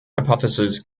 hypothesis